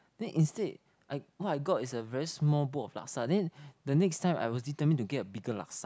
then instead I what I got is a very small bowl of laksa then the next time I was determined to get a bigger laksa